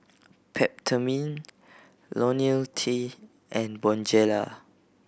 Peptamen Ionil T and Bonjela